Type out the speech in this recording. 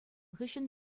хыҫҫӑн